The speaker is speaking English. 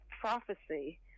prophecy